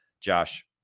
Josh